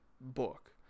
book